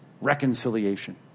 reconciliation